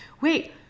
wait